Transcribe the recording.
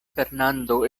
fernando